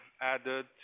added